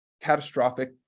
catastrophic